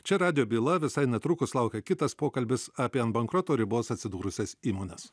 čia radijo byla visai netrukus laukia kitas pokalbis apie ant bankroto ribos atsidūrusias įmones